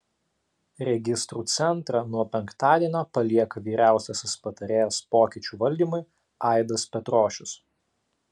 registrų centrą nuo penktadienio palieka vyriausiasis patarėjas pokyčių valdymui aidas petrošius